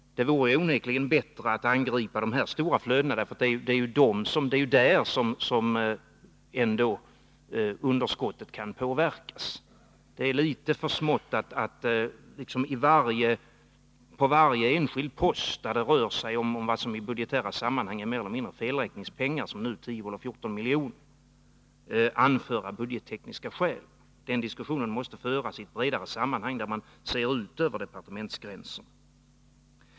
Det vore onekligen bättre att angripa de här stora flödena. Det är ändå där som underskottet kan påverkas! Det är litet för smått att på varje enskild post, där det rör sig om vad som i budgetära sammanhang mer eller mindre är felräkningspengar — såsom nu, 10 eller 14 milj.kr. — anföra budgettekniska skäl. Den diskussionen måste föras i ett bredare sammanhang, där man ser ut över departementsgränserna.